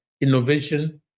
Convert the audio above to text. innovation